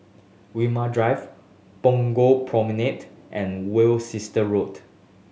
Walmer Drive Punggol Promenade and Worcester Road